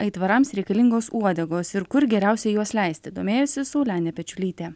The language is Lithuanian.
aitvarams reikalingos uodegos ir kur geriausia juos leisti domėjosi saulenė pečiulytė